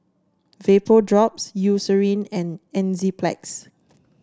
Vapodrops Eucerin and Enzyplex